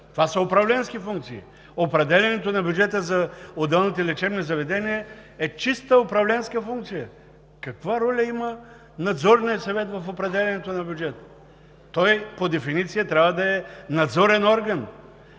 това са управленски функции. Определянето на бюджета за отделните лечебни заведения е чисто управленска функция. Каква роля има Надзорният съвет в определянето на бюджета? По дефиниция той трябва да е надзорен орган,